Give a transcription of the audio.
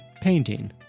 painting